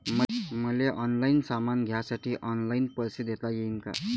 मले ऑनलाईन सामान घ्यासाठी ऑनलाईन पैसे देता येईन का?